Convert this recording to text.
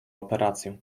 operację